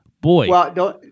Boy